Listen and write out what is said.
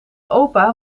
opa